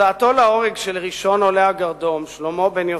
הוצאתו להורג של ראשון עולי הגרדום, שלמה בן-יוסף,